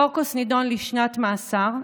קורקוס נידון לשנת מאסר,